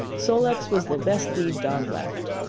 sol-leks was the best lead-dog left.